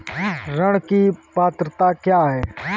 ऋण की पात्रता क्या है?